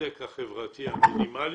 מהצדק החברתי המינימלי